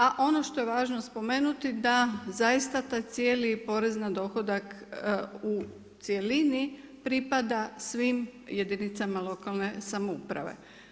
A ono što je važno spomenuti da zaista taj cijeli porez na dohodak u cjelini pripada svim jedinicama lokalne samouprave.